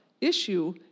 issue